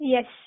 Yes